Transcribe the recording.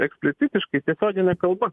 eksplicitiškai tiesiogine kalba